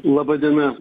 laba diena